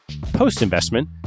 Post-investment